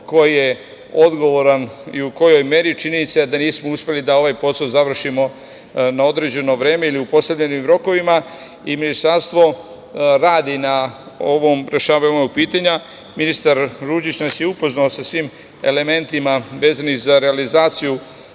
ko je odgovoran i u kojoj meri, činjenica je da nismo uspeli da ovaj posao završimo na određeno vreme ili u postavljenim rokovima i Ministarstvo radi na rešavanju ovog pitanja. Ministar Ružić nas je upoznao sa svim elementima vezanim za realizaciju